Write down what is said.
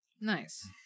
nice